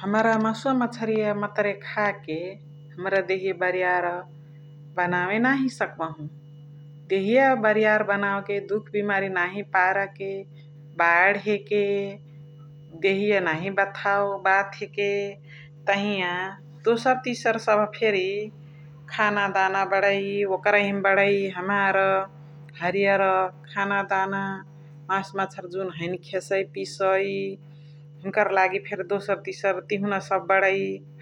हमरा मसुवा मछरिया मतरे खाके हमरा देहिया बरिया र बनवे नही सकबहु । देहिया बरिया र बनवे दुख बिमारी नाही पार के, बणेके देहिया नही बाथऔ बाथए के तहिया दोसर तिसर सभ फेरी खाना दाअना बणै । ओकरही मा बणै हमार हरियार खाना दाअना मसुवा मछरिया जुन हैने खेसइ पिसइ हुन्कर लागि दोसर तिसर तिउना सभ बणै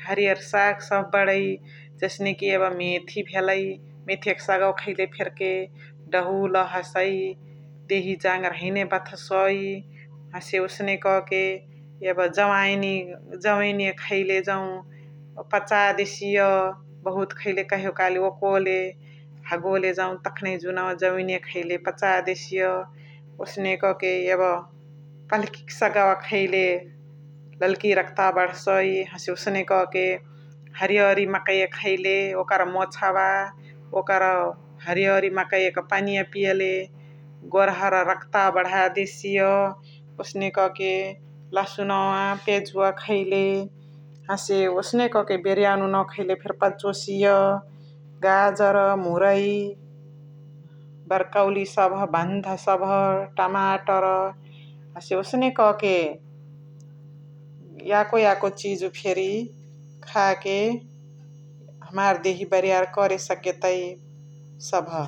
हरियार साग सभ बणै । जसने कि यब मेथी भेलइ मेथिय क सागवा खैले फेर्के दहुला हसइ देही जागर हैने बथसइ हसे ओसने क के जोवैनी खैले जौ पचा देसिय बहुत खैले कहियो काली ओकोले, हगोले जौ तखानही जुनवा जवैनी खैले पछ देसिय । ओसने क के यब पल्की क सगवा खैले लल्की रग्तावा बड्सइ हसे ओसने क के हरियारी मकैया खैले ओकर मोछवा, ओकर हरियारी मकैया क पनिया पिय ले गोर्हर रग्तावा बडा देसिया ओसने क के लहसुनवा पियजुवा खैले हसे ओसने क के बेरियावा नुनवा खैले फेर्के पचोसिय । गाजर मुरइ, बर्कौली सभ, बन्धा सभ, तमातर हसे ओसने क के याको याको चिजु फेरी खा के हमार देही बरियार करे सके तै सभ ।